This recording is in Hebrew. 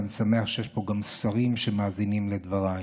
ואני שמח שיש פה גם שרים שמאזינים לדבריי,